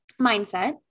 mindset